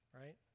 right